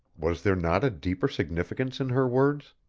was there not a deeper significance in her words?